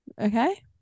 Okay